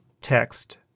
text